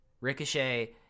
Ricochet